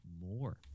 more